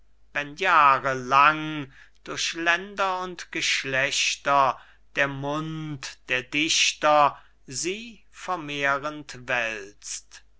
wenn jahre lang durch länder und geschlechter der mund der dichter sie vermehrend wälzt